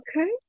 okay